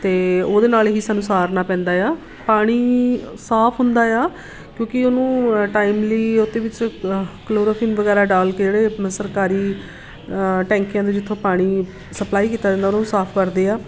ਅਤੇ ਉਹਦੇ ਨਾਲ ਹੀ ਸਾਨੂੰ ਸਾਰਨਾ ਪੈਂਦਾ ਹੈ ਪਾਣੀ ਸਾਫ ਹੁੰਦਾ ਹੈ ਕਿਉਂਕਿ ਉਹਨੂੰ ਟਾਈਮਲੀ ਉਹਦੇ ਵਿੱਚ ਕਲੋਰੋਫਿਨ ਵਗੈਰਾ ਡਾਲ ਕੇ ਜਿਹੜੇ ਸਰਕਾਰੀ ਟੈਂਕੀਆਂ ਦੇ ਜਿੱਥੋਂ ਪਾਣੀ ਸਪਲਾਈ ਕੀਤਾ ਜਾਂਦਾ ਉਹਨਾਂ ਨੂੰ ਸਾਫ ਕਰਦੇ ਹਾਂ